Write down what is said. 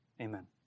Amen